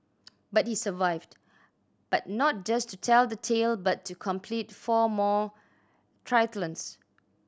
but he survived but not just to tell the tale but to complete four more triathlons